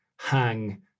hang